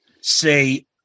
say